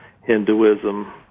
Hinduism